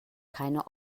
keine